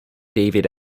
david